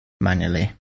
manually